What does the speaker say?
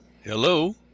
Hello